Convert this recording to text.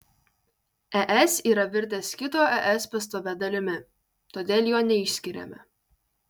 es yra virtęs kito es pastovia dalimi todėl jo neišskiriame